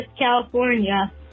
California